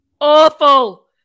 awful